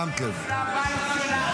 שמת לב.